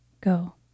Go